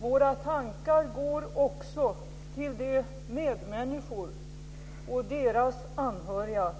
Våra tankar går också till de medmänniskor och deras anhöriga